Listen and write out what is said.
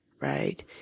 right